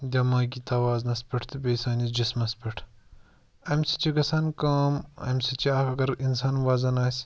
دیٚمٲغی تَوازنَس پٮ۪ٹھ تہٕ بیٚیہِ سٲنِس جِسمَس پٮ۪ٹھ اَمہِ سۭتۍ چھِ گژھان کٲم اَمہِ سۭتۍ چھِ اگر اِنسان وَزَن آسہِ